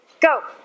Go